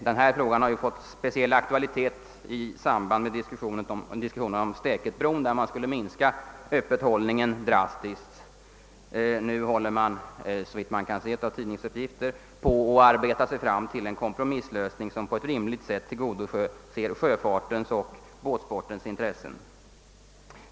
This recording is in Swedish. Denna fråga har fått en speciell aktualitet i samband med diskussionen om Stäketbron, där man skulle minska öppethållningen drastiskt. Nu håller man på, såvitt jag kunnat finna av tidningsuppgifter, att arbeta sig fram till en kompromisslösning som på ett rimligt sätt tillgodoser sjöfartens och båtsportens intressen.